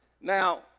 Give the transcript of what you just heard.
Now